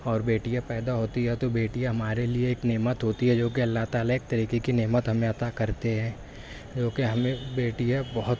اور بیٹیاں پیدا ہوتی ہیں تو یا تو بیٹی ہمارے لیے ایک نعمت ہوتی ہے جو کہ اللہ تعالیٰ ایک طریقے کی نعمت ہمیں عطا کرتے ہیں جو کہ ہمیں بیٹیاں بہت